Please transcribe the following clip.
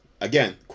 Again